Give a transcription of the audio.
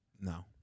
no